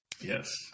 Yes